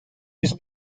his